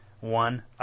One